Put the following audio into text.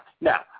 Now